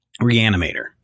Reanimator